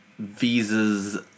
visas